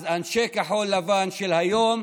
אז אנשי כחול לבן של היום,